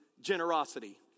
generosity